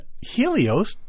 Helios